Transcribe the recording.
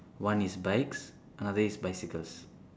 one is bikes another is bicycles